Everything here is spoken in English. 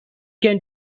can